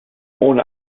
ohne